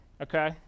okay